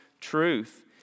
truth